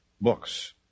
books